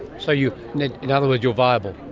so you know in other words, you are viable.